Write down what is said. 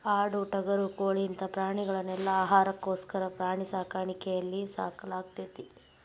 ಆಡು ಟಗರು ಕೋಳಿ ಇಂತ ಪ್ರಾಣಿಗಳನೆಲ್ಲ ಆಹಾರಕ್ಕೋಸ್ಕರ ಪ್ರಾಣಿ ಸಾಕಾಣಿಕೆಯಲ್ಲಿ ಸಾಕಲಾಗ್ತೇತಿ